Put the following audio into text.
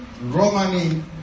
Romani